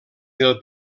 del